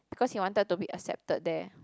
because he wanted to be accepted there